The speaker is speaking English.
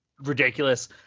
ridiculous